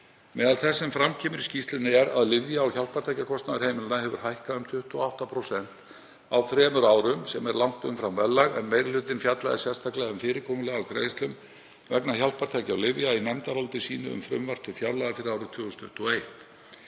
Meðal þess sem fram kemur í skýrslunni er að lyfja- og hjálpartækjakostnaður heimilanna hefur hækkað um 28% á þremur árum sem er langt umfram verðlag en meiri hlutinn fjallaði sérstaklega um fyrirkomulag á greiðslum vegna hjálpartækja og lyfja í nefndaráliti sínu um frumvarp til fjárlaga fyrir árið 2021.